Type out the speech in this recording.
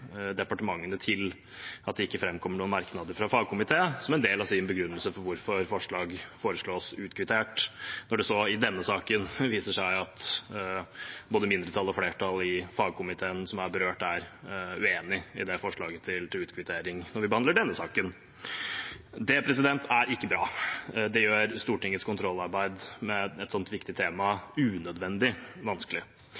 departementene til at det ikke framkommer noen merknader fra en fagkomité, som en del av sin begrunnelse for hvorfor forslag foreslås utkvittert, når det så i denne saken viser seg at både mindretall og flertall i fagkomiteen som er berørt, er uenig i det forslaget til utkvittering når vi behandler denne saken. Det er ikke bra. Det gjør Stortingets kontrollarbeid med et så viktig tema